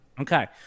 Okay